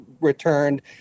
returned